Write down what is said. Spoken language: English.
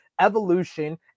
evolution